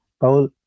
Paul